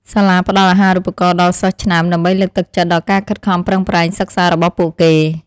សាលាផ្តល់អាហារូបករណ៍ដល់សិស្សឆ្នើមដើម្បីលើកទឹកចិត្តដល់ការខិតខំប្រឹងប្រែងសិក្សារបស់ពួកគេ។